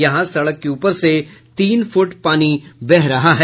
यहां सड़क के ऊपर से तीन फुट पानी बह रहा है